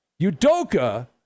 Udoka